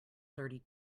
thirty